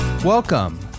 Welcome